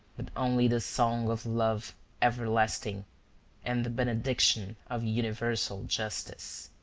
but only the song of love everlasting and the benediction of universal justice.